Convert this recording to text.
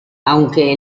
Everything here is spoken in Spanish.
aunque